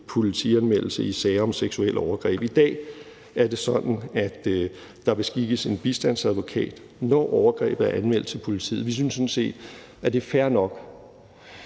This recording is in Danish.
politianmeldelse i sager om seksuelle overgreb. I dag er det sådan, at der beskikkes en bistandsadvokat, når overgrebet er anmeldt til politiet. Vi synes sådan set, at det er fair nok